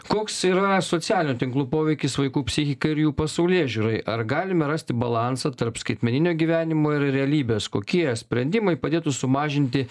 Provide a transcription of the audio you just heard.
koks yra socialinių tinklų poveikis vaikų psichikai ir jų pasaulėžiūrai ar galime rasti balansą tarp skaitmeninio gyvenimo ir realybės kokie sprendimai padėtų sumažinti